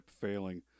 failing